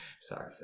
Sorry